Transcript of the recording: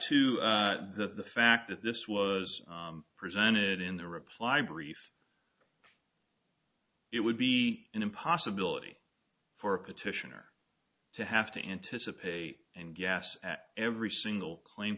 to the fact that this was presented in the reply brief it would be in a possibility for a petitioner to have to anticipate and gas act every single claim